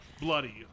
Bloody